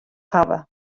hawwe